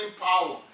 power